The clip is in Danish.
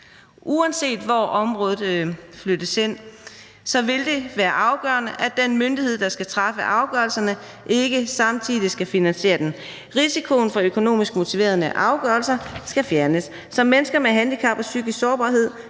Uanset, hvor området flyttes hen, vil det være afgørende, at den myndighed, der skal træffe afgørelserne, ikke samtidig skal finansiere den. Risikoen for økonomisk motiverede afgørelser skal fjernes, så mennesker med handicap og psykisk sårbarhed